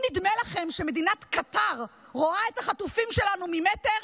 אם נדמה לכם שמדינת קטר רואה את החטופים שלנו ממטר,